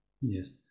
Yes